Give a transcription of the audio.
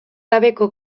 gabeko